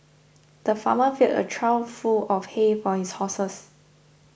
the farmer filled a trough full of hay for his horses